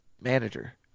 manager